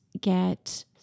get